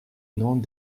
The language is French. noms